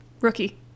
Rookie